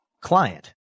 client